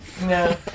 No